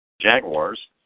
Jaguars